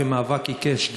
אחרי מאבק עיקש,